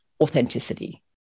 authenticity